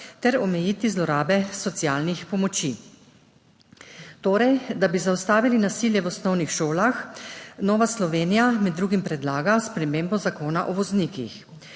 ter omejiti zlorabe socialnih pomoči. Da bi zaustavili nasilje v osnovnih šolah, Nova Slovenija med drugim predlaga spremembo Zakona o voznikih.